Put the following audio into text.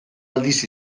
aldiz